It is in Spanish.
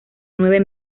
nueve